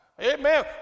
Amen